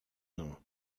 nom